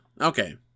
Okay